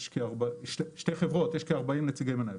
יש שתי חברות, יש כ-40 נציגי מנהל.